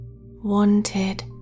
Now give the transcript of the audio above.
wanted